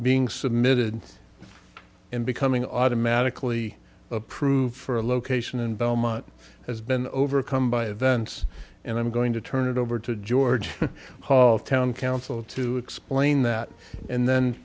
being submitted and becoming automatically approved for a location in belmont has been overcome by events and i'm going to turn it over to george hall town council to explain that and then